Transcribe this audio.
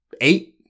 eight